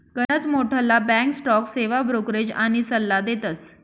गनच मोठ्ठला bank stock सेवा ब्रोकरेज आनी सल्ला देतस